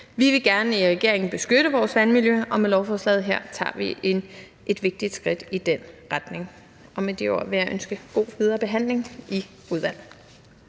Vi vil gerne i regeringen beskytte vores vandmiljø, og med lovforslaget her tager vi et vigtigt skridt i den retning. Med de ord vil jeg ønske god videre behandling i udvalget.